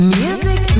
music